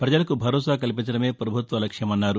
ప్రపజలకు భరోసా కల్పించడమే పభుత్వ లక్ష్యమన్నారు